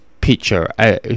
picture